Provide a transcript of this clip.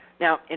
Now